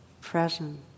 present